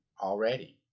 already